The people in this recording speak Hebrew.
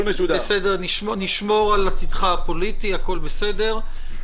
-- נשמור על עתידך הפוליטי, הכול בסדר.